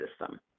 system